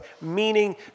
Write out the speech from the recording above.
meaning